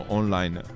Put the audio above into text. online